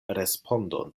respondon